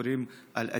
סיפורים על אטימות,